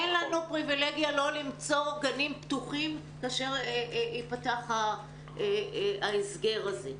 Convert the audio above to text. אין לנו פריבילגיה לא למצוא גנים פתוחים כאשר ייפתח ההסגר הזה.